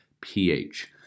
pH